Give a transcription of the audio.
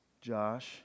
Josh